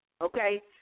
Okay